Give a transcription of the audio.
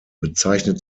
bezeichnet